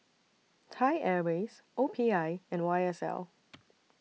Thai Airways O P I and Y S L